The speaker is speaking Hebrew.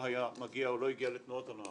שלא שנוגעים בנוער שלא היה מגיע לתנועות הנוער.